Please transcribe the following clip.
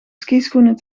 skischoenen